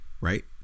right